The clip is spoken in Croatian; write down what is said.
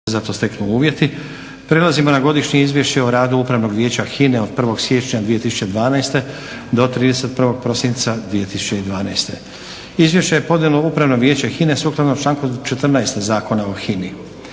Prelazimo na - Godišnje izvješće o radu Upravnog vijeća HINA-e od 1. siječnja 2012. do 31. prosinca 2012. Izvješće je podnijelo Upravno vijeće HINA-e sukladno članku 14. Zakona o HINA-i.